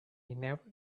never